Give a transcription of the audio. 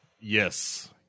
Yes